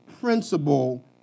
principle